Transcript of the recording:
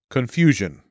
Confusion